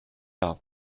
off